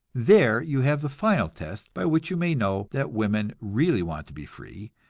there you have the final test by which you may know that women really want to be free,